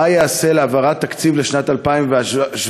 מה ייעשה להעברת תקציב לשנת 2017,